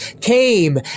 came